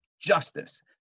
Justice